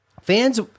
Fans